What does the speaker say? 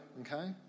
okay